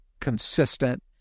consistent